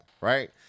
right